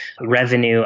Revenue